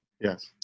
Yes